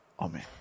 Amen